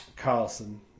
Carlson